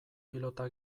pilota